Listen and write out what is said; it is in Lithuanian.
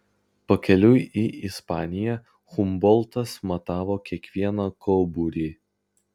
pakeliui į ispaniją humboltas matavo kiekvieną kauburį